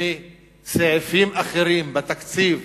מסעיפים אחרים בתקציב,